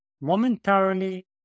momentarily